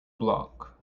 block